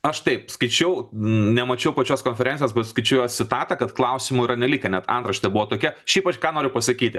aš taip skaičiau nemačiau pačios konferencijos bet skaičiau jos citatą kad klausimų yra nelikę net antraštė buvo tokia šiaip aš ką noriu pasakyti